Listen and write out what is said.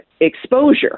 exposure